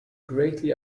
greatly